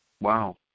Wow